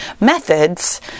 methods